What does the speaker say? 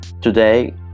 Today